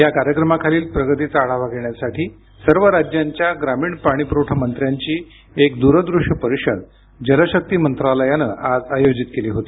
या कार्यक्रमाखालील प्रगतीचा आढावा घेण्यासाठी सर्व राज्यांच्या ग्रामीण पाणी पुरवठा मंत्र्यांची एक दूरदृश्य परिषद जल शक्ती मंत्रालयानं आज आयोजित केली होती